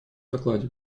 докладе